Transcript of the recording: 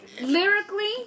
lyrically